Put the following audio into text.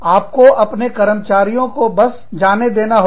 आपको अपने कर्मचारियों को बस जाने देना होगा